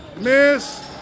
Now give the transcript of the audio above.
miss